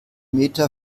meter